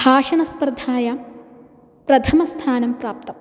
भाषणस्पर्धायां प्रथमस्थानं प्राप्तम्